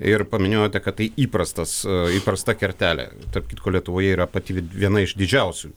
ir paminėjote kad tai įprastas įprasta kertelė tarp kitko lietuvoje yra pati viena iš didžiausių